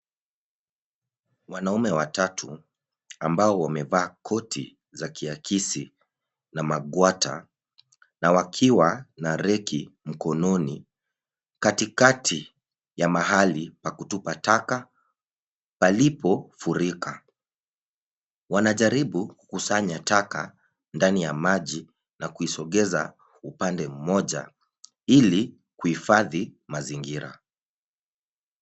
Wanaume watatu ambao wamevaa koti za kiakisi na magwata na wakiwa na reki mkononi; katikati ya mahali pa kutupa taka palipofurika. Wanajaribu kusanya taka ndani ya maji na kuisongeza upande mmoja ili kuhifadhi mazingira.